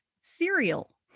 Cereal